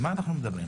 על מה אנחנו מדברים?